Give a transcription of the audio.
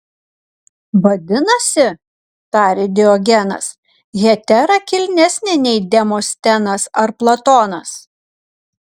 vadinasi tarė diogenas hetera kilnesnė nei demostenas ar platonas